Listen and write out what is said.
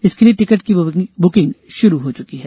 इसके लिए टिकट की बुकिंग शुरू हो चुकी है